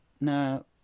Now